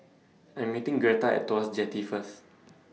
I Am meeting Gretta At Tuas Jetty First